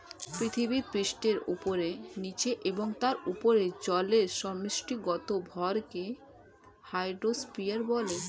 পৃথিবীপৃষ্ঠের উপরে, নীচে এবং তার উপরে জলের সমষ্টিগত ভরকে হাইড্রোস্ফিয়ার বলে